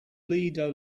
leader